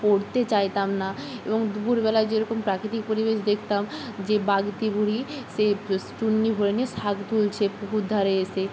পড়তে চাইতাম না এবং দুপুরবেলায় যেরকম প্রাকৃতিক পরিবেশ দেখতাম যে বাগদি বুড়ি সে চুন্নি ভরে নিয়ে শাক তুলছে পুকুর ধারে এসে